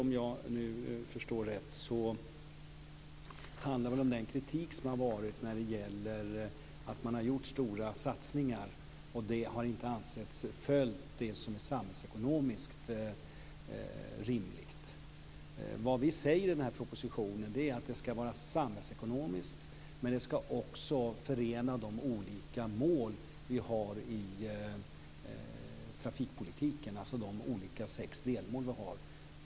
Om jag förstår rätt handlar det om den kritik som har funnits mot att man har gjort stora satsningar som inte har ansetts följa det som är samhällsekonomiskt rimligt. Vad vi säger i den här propositionen är att det ska vara samhällsekonomiskt, men vi ska också förena de olika mål som vi har i trafikpolitiken, alltså de sex delmålen.